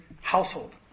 household